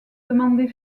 demandée